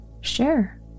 Sure